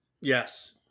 Yes